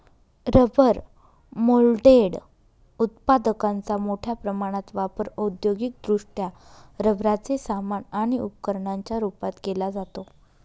rubber moulded उत्पादकांचा मोठ्या प्रमाणात वापर औद्योगिकदृष्ट्या रबराचे सामान आणि उपकरणांच्या रूपात केला जातो